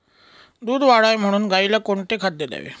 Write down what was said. दूध वाढावे म्हणून गाईला कोणते खाद्य द्यावे?